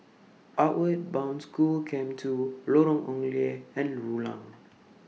Outward Bound School Camp two Lorong Ong Lye and Rulang